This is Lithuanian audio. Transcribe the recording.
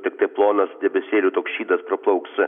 tiktai plonas debesėlių toks šydas praplauks